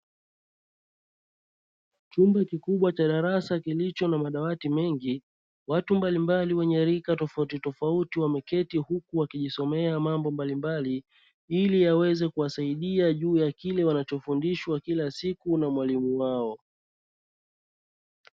Chumba kikubwa cha darasa kilicho na madarasa mengi, watu mbalimbali wenye rika tofautitofauti, wameketi huku wakijisomea mambo mbalimbali, ili yaweze kuwasaida juu ya kile wanachofundishwa kila siku na walimu wao.